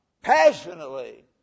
passionately